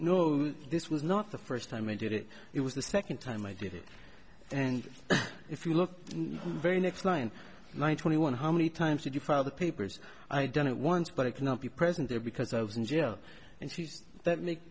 no this was not the first time i did it it was the second time i did it and if you look very next line one twenty one how many times did you file the papers i've done it once but it cannot be present there because i was in jail and she's that make